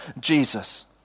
Jesus